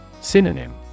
Synonym